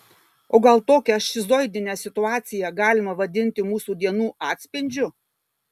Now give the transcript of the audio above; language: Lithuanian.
o gal tokią šizoidinę situaciją galima vadinti mūsų dienų atspindžiu